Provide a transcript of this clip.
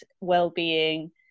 well-being